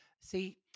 See